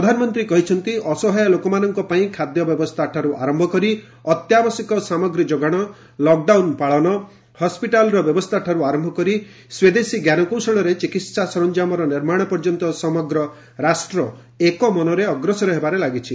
ପ୍ରଧାନମନ୍ତ୍ରୀ କହିଛନ୍ତି ଅସହାୟ ଲୋକମାନଙ୍କ ପାଇଁ ଖାଦ୍ୟ ବ୍ୟବସ୍ଥାଠାର୍ ଆରମ୍ଭ କରି ଅତ୍ୟାବଶ୍ୟକ ସାମଗ୍ରୀ ଯୋଗାଣ ଲକ୍ଡାଉନ୍ ପାଳନ ହସ୍କିଟାଲ୍ର ବ୍ୟବସ୍କାଠାର୍ ଆରମ୍ଭ କରି ସ୍ୱଦେଶୀ ଜ୍ଞାନକୌଶଳରେ ଚିକିତ୍ସା ସରଞ୍ଜାମର ନିର୍ମାଣ ପର୍ଯ୍ୟନ୍ତ ସମଗ୍ର ରାଷ୍ଟ୍ର ଏକ ମନରେ ଅଗ୍ରସର ହେବାରେ ଲାଗିଛି